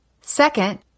Second